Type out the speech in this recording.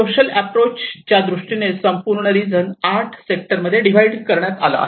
social approach त्यादृष्टीने संपूर्ण region 8 sector मध्ये डिव्हाइड करण्यात आला आहे